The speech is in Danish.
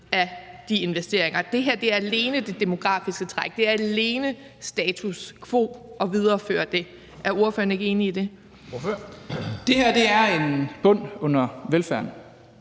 af de investeringer. Det her angår alene det demografiske træk. Det handler alene om status quo og om at videreføre det. Er ordføreren ikke enig i det? Kl. 11:06 Formanden (Henrik